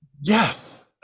Yes